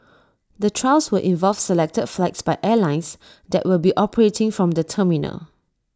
the trials will involve selected flights by airlines that will be operating from the terminal